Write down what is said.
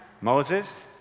Moses